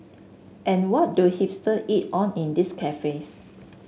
and what do hipster eat on in these cafes